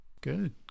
Good